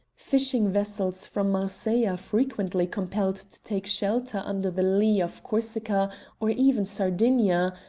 fishing vessels from marseilles are frequently compelled to take shelter under the lea of corsica or even sardinia,